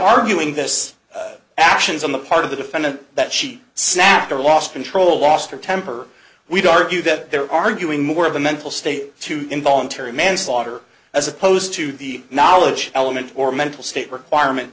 arguing this actions on the part of the defendant that she snapped or lost control lost her temper we do argue that they're arguing more of a mental state to involuntary manslaughter as opposed to the knowledge element or mental state requirement